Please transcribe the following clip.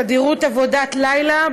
תדירות עבודת לילה).